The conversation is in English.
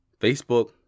Facebook